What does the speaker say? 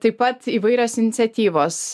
taip pat įvairios iniciatyvos